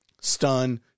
Stun